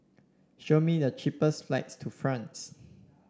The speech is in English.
show me the cheapest flights to France